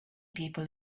people